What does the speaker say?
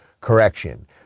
correction